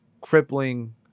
crippling